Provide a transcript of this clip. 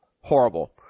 Horrible